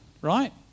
right